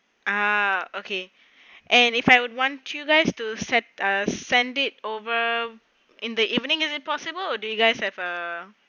ah okay and if I would want you guys to set uh send it over in the evening is it possible or do you guys have a